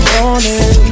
Morning